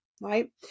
right